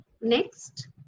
Next